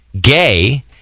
gay